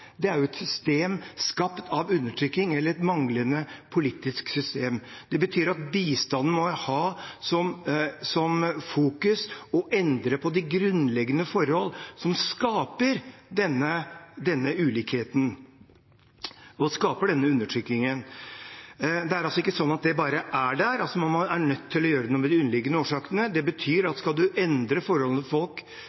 Det er et system skapt av undertrykking eller et manglende politisk system. Det betyr at bistanden må ha som fokus å endre de grunnleggende forholdene som skaper denne ulikheten og undertrykkingen. Det er altså ikke sånn at dette bare er der; man er nødt til å gjøre noe med de underliggende årsakene. Det betyr